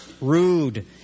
rude